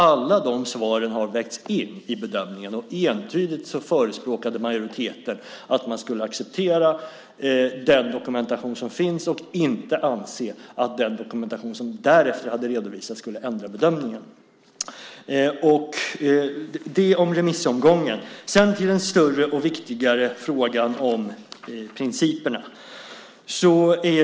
Alla de svaren har vägts in i bedömningen. Entydigt förespråkade majoriteten att man skulle acceptera den dokumentation som finns och inte anse att den dokumentation som därefter hade redovisats skulle förändra bedömningen. Det om remissomgången. Sedan till den större och viktigare frågan om principerna.